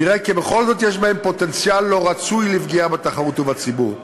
נראה כי בכל זאת יש בהם פוטנציאל לא רצוי לפגיעה בתחרות ובציבור.